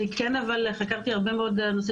אבל אני כן חקרתי הרבה מאוד על הנושא